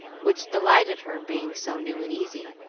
which delighted her, being so new and easy.